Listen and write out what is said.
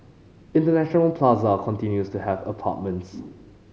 International Plaza continues to have apartments